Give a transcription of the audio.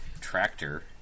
tractor